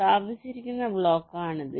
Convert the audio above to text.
സ്ഥാപിച്ചിരിക്കുന്ന ബ്ലോക്കാണിത്